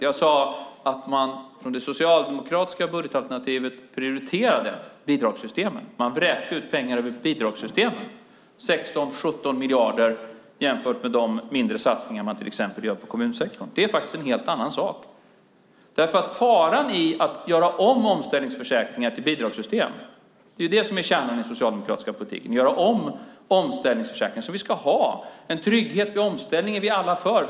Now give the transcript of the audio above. Jag sade att man i det socialdemokratiska budgetalternativet prioriterade bidragssystemen. Man vräkte ut pengar över bidragssystemen, 16-17 miljarder, jämfört med de mindre satsningar man till exempel gör på kommunsektorn. Det är faktiskt en helt annan sak. Det ligger en fara i att göra om omställningsförsäkringar till bidragssystem - det är det som är kärnan i den socialdemokratiska politiken. Omställningsförsäkringar för att vi ska ha en trygghet vid omställning är vi alla för.